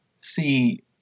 see